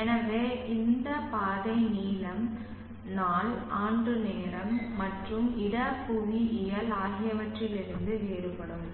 எனவே இந்த பாதை நீளம் நாள் ஆண்டு நேரம் மற்றும் இட புவியியல் ஆகியவற்றிலிருந்து வேறுபடும்